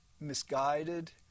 misguided